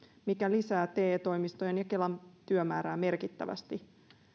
mikä lisää te toimistojen ja kelan työmäärää merkittävästi